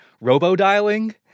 robo-dialing